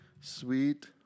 sweet